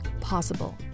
possible